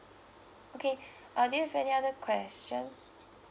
okay uh do you have any other question